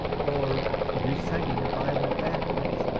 or reciting the bible backwards.